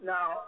Now